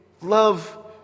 love